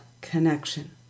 connection